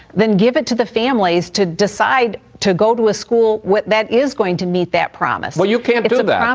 then give it to the families to decide to go to a school that is going to meet that promise. well, you can't do that. um